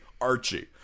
Archie